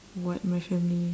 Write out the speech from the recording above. what my family